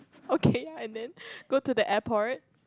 okay and then go to the airport